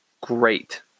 great